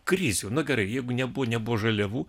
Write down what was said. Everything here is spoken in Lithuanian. krizių juk nebuvo nebuvo žaliavų